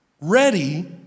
Ready